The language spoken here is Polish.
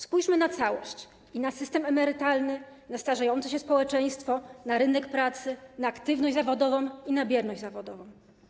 Spójrzmy na całość: na system emerytalny, na starzejące się społeczeństwo, na rynek pracy, na aktywność zawodową i na bierność zawodową.